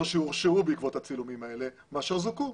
יש הרבה יותר שהורשעו בעקבות הצילומים האלה מאשר זוכו.